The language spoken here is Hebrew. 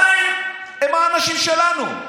הם עדיין האנשים שלנו.